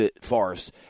farce